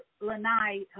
Lanai